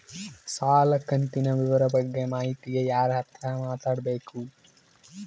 ಸಾಲ ಕಂತಿನ ವಿವರ ಬಗ್ಗೆ ಮಾಹಿತಿಗೆ ಯಾರ ಹತ್ರ ಮಾತಾಡಬೇಕು?